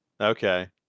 Okay